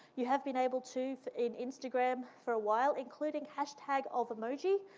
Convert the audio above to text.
you have been able to in instagram for awhile, including hashtag of emoji.